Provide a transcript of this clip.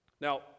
Now